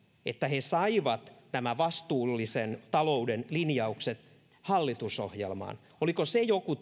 että he saivat nämä vastuullisen talouden linjaukset hallitusohjelmaan oliko se joku